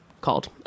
called